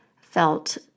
felt